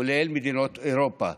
כולל מדינות אירופה,